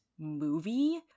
movie